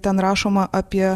ten rašoma apie